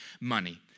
money